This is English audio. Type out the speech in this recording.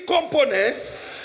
components